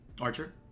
Archer